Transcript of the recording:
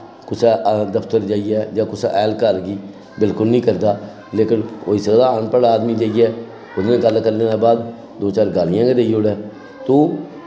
कुसै दफ्तर जाइयै जां कुसै ऐह्लकार गी बिल्कुल निं करदा लेकिन होई सकदा अनपढ़ आदमी जाइयै ओह्दे नै गल्ल करने दे बाद दो चार गालियां गै देई ओड़े